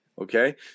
Okay